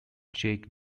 jake